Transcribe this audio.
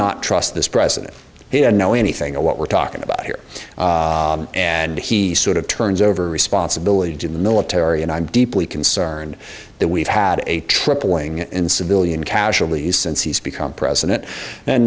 not trust this president didn't know anything of what we're talking about here and he sort of turns over responsibility to the military and i'm deeply concerned that we've had a tripling in civilian casualties since he's become president and